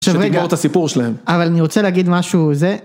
שתגמור את הסיפור שלהם. רגע אבל אני רוצה להגיד משהו, זה...